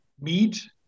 meet